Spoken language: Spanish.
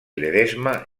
ledesma